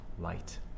light